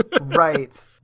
Right